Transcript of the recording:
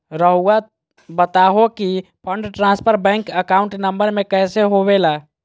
रहुआ बताहो कि fund transfer bank account number में कैसे होबेला?